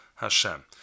Hashem